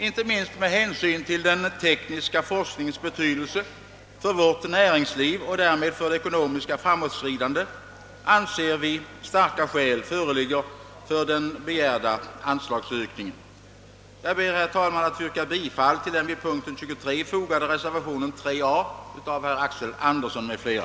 Inte minst med hänsyn till den tekniska forskningens betydelse för vårt näringsliv och därmed för det ekonomiska framåtskridan det anser vi starka skäl föreligga för den begärda anslagsökningen. Jag ber, herr talman, att få yrka bifall till den vid punkten 23 fogade reservationen 3 a) av herr Axel Andersson m.fl.